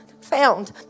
found